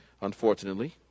unfortunately